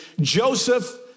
Joseph